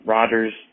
Rodgers